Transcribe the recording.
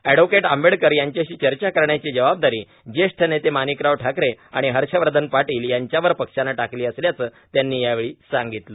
advocate Ambedkar यांच्याषी चर्चा करण्याची जबाबदारी ज्येष्ठ नेते माणिकराव ठाकरे आणि हर्षवर्धन पाटील यांच्यावर पक्षानं टाकली असल्याचं त्यांनी यावेळी सांगितलं